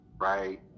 right